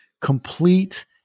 complete